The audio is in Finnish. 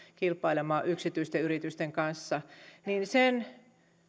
kilpailemaan yksityisten yritysten kanssa sen